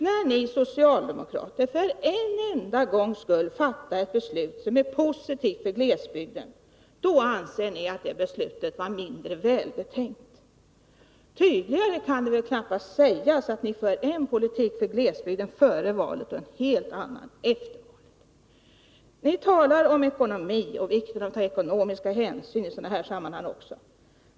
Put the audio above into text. När ni socialdemokrater för en enda gångs skull fattar ett beslut som är positivt för glesbygden, då anser ni att det beslutet var mindre välbetänkt. Tydligare kan det väl knappast sägas att ni för en politik för glesbygden före valet och en helt annan efter valet. Ni talar om ekonomi och vikten av att ta ekonomiska hänsyn i sådana här sammanhang också.